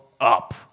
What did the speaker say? up